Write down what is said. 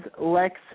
Lex